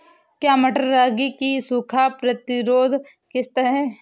क्या मटर रागी की सूखा प्रतिरोध किश्त है?